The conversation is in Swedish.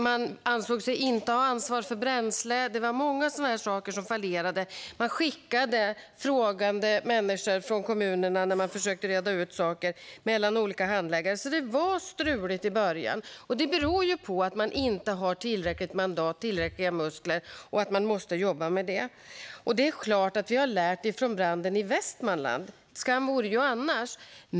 Man ansåg sig inte ha ansvar för bränsle. Det var många sådana saker som fallerade. Man skickade frågande människor från kommunerna till olika handläggare för att försöka reda ut saker. Det var struligt i början, och det berodde på att man inte hade tillräckligt mandat, tillräckliga muskler. Detta är något som man måste jobba med. Det är klart att vi har lärt av branden i Västmanland. Skam vore det annars.